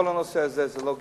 כל הנושא הזה זה לא גזענות.